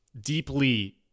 deeply